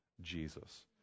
Jesus